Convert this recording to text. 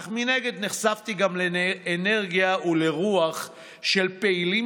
אך מנגד נחשפתי גם לאנרגיה ולרוח של פעילים